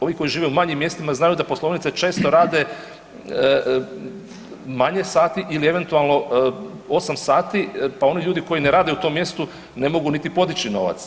Ovi koji žive u manjim mjestima znaju da poslovnice često rade manje sati ili eventualno 8 sati, pa oni ljudi koji ne rade u tom mjestu ne mogu niti podići novac.